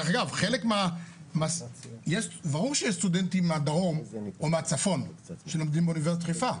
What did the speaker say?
ברור שיש סטודנטים מהדרום או מהצפון שלומדים באוניברסיטת חיפה.